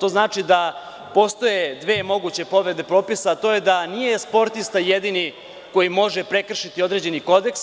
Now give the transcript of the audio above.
To znači, da postoje dve moguće povrede propisa, a to je da nije sportista jedini koji može prekršiti određeni kodeks,